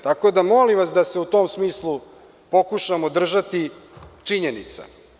Tako da molim vas da se u tom smislu pokušamo držati činjenica.